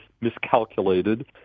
miscalculated